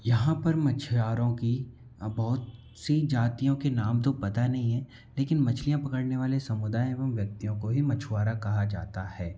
यहाँ पर मछुआरों की बहुत सी जातियों के नाम तो पता नहीं है लेकिन मछलियाँ पकड़ने वाले समुदाय एवं व्यक्तियों को ही मछुआरा कहा जाता है